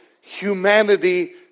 humanity